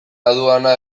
aduana